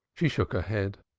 she shook her head.